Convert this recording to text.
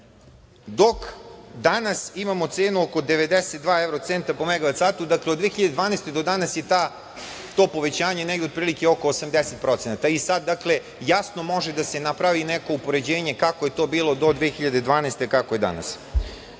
dok danas imamo cenu oko 92 evrocenta po megavat satu, dakle od 2012. do danas je to povećanje negde otprilike oko 80%. Sada jasno može da se napravi neko upoređenje kako je to bilo do 2012. godine,